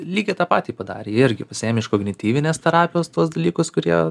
lygiai tą patį padarė jie irgi pasiėmė iš kognityvinės terapijos tuos dalykus kurie